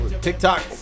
TikTok